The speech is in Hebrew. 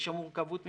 יש שם מורכבות משפטית.